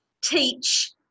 teach